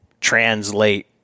translate